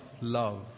love